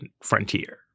frontier